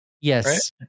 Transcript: Yes